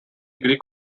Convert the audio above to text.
degree